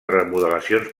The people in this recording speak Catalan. remodelacions